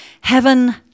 Heaven